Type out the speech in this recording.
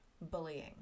bullying